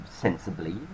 sensibly